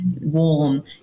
warm